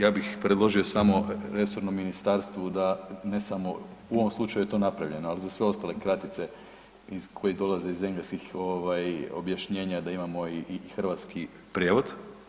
Ja bih predložio samo resornom ministarstvu, da, ne samo, u ovom slučaju je to napravljeno, ali za sve ostale kratice, iz koji dolaze iz engleskih objašnjenja da imamo i hrvatski prijevod.